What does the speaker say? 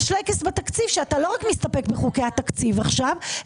שלייקס בתקציב שאתה לא רק מסתפק בחוקי התקציב עכשיו,